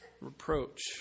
Reproach